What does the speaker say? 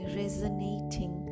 resonating